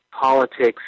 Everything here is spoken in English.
politics